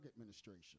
Administration